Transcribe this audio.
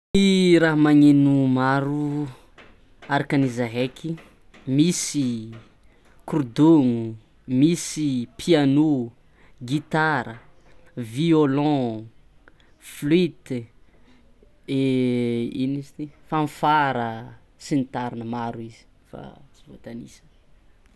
Ny raha magneno maro araka ny zah heky misy korodogno, misy piano, gitara, violon, flute, ino moa izy teo fanfara sy ny tariny maro izy fa zay.